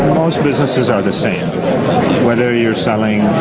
most businesses are the same whether you're selling